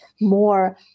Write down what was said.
more